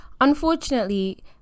Unfortunately